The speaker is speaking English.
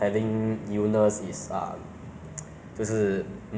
可以 handle whatever modules they give you